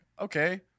okay